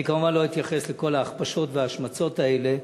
אני כמובן לא אתייחס לכל ההכפשות וההשמצות האלה,